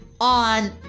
on